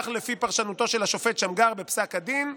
כך לפי פרשנותו של השופט שמגר בפסק הדין.